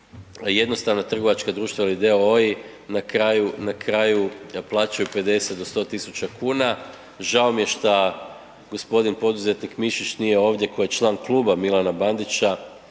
jednostavna trgovačka društva ili d.o.o. na kraju, na kraju plaćaju 50 do 100.000 kuna. Žao mi je šta gospodin poduzetnik Mišić nije ovdje koji je član Kluba Milana Bandića,